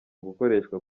gukoreshwa